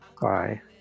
Bye